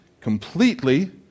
completely